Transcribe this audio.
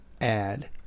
add